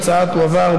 ההצעה תועבר,